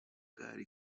boubacar